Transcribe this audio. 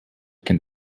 can